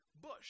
bush